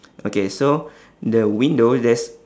okay so the window there's